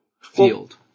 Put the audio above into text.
field